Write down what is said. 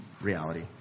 reality